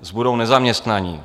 Zbudou nezaměstnaní.